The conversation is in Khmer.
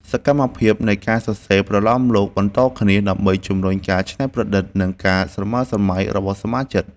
សកម្មភាពនៃការសរសេរប្រលោមលោកបន្តគ្នា ដើម្បីជម្រុញការច្នៃប្រឌិត និងការស្រមើស្រមៃរបស់សមាជិក។